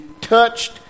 touched